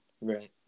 Right